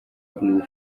blue